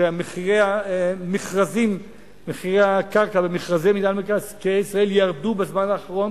שמחירי הקרקע במכרזי מינהל מקרקעי ישראל ירדו בזמן האחרון,